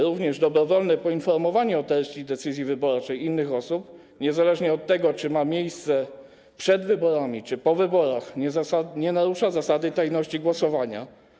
Również dobrowolne poinformowanie o treści decyzji wyborczej innych osób, niezależnie od tego, czy ma miejsce przed wyborami, czy po wyborach, nie narusza zasady tajności głosowania.